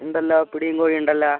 ഉണ്ടല്ലോ പിടിയും കോഴിയും ഉണ്ടല്ലാ